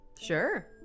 Sure